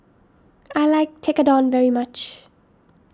I like Tekkadon very much